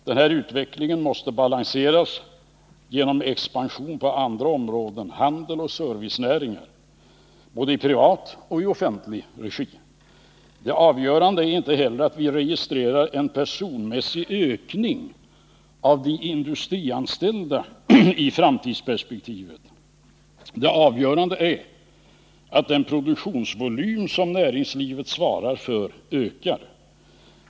Den här utvecklingen måste balanseras genom expansion på andra områden, handel och servicenäringar, både i privat och i offentlig regi. Det avgörande är inte heller att vi registrerar en personmässig ökning av de industrianställda i framtidsperspektivet. Det avgörande är att den produktionsvolym som näringslivet svarar för ökar.